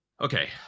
Okay